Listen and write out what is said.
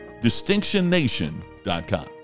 DistinctionNation.com